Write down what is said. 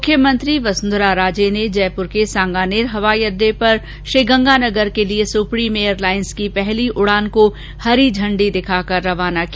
मुख्यमंत्री वसुंधरा राजे ने जयपूर के सांगानेर हवाई अड़डे पर श्रीगंगानगर के लिए सुप्रीम एयरलाइंस की पहली उड़ान को हरी झंडी दिखाकर रवाना किया